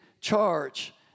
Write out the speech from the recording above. charge